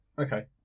Okay